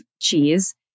cheese